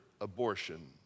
abortion